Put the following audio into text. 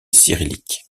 cyrillique